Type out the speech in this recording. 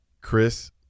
Chris